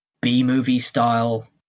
B-movie-style